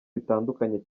bitandukanye